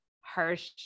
harsh